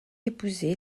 épousé